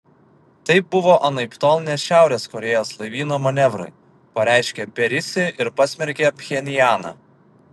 tai buvo anaiptol ne šiaurės korėjos laivyno manevrai pareiškė perisi ir pasmerkė pchenjaną